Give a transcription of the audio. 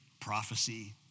prophecy